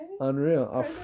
Unreal